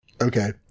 Okay